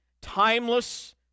timeless